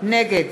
נגד